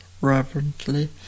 reverently